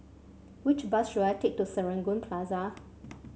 which bus should I take to Serangoon Plaza